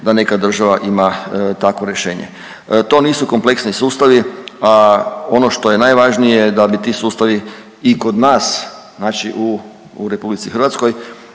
da neka država ima takvo rješenje. To nisu kompleksni sustavi, a ono što je najvažnije da bi ti sustavi i kod nas znači u RH omogućili nama,